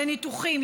לניתוחים,